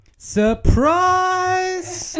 Surprise